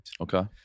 Okay